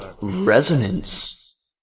resonance